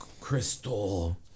crystal